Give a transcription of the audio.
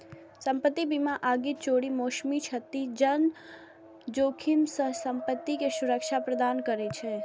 संपत्ति बीमा आगि, चोरी, मौसमी क्षति सन जोखिम सं संपत्ति कें सुरक्षा प्रदान करै छै